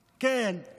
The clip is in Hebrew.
כן.